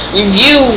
review